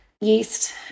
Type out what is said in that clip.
yeast